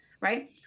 right